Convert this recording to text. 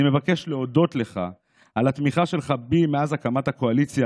אני מבקש להודות לך על התמיכה שלך בי מאז הקמת הקואליציה,